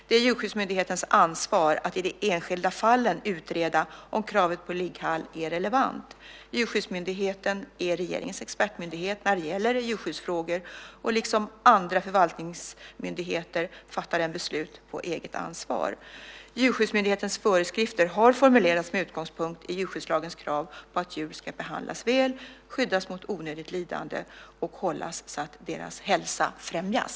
Det är Djurskyddsmyndighetens ansvar att i de enskilda fallen utreda om kravet på ligghall är relevant. Djurskyddsmyndigheten är regeringens expertmyndighet när det gäller djurskyddsfrågor och liksom andra förvaltningsmyndigheter fattar den beslut på eget ansvar. Djurskyddsmyndighetens föreskrifter har formulerats med utgångspunkt i djurskyddslagens krav på att djur ska behandlas väl, skyddas mot onödigt lidande och hållas så att deras hälsa främjas.